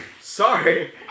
Sorry